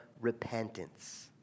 repentance